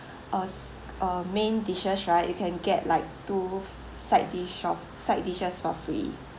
uh uh main dishes right you can get like two side dish of side dishes for free